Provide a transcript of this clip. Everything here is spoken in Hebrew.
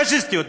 הפאשיסטיות?